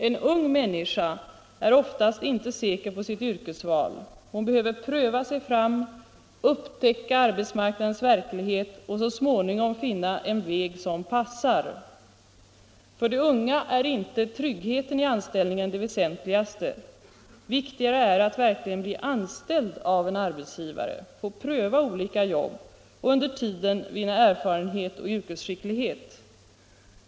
En ung människa är oftast inte säker på sitt yrkesval, hon behöver pröva sig fram, upptäcka arbetsmarknadens verklighet och så småningom finna en väg som passar. För de unga är inte tryggheten i anställningen det väsentligaste; viktigare är att verkligen bli anställd av en arbetsgivare, få pröva olika jobb och under tiden vinna erfarenhet och yrkesskicklighet.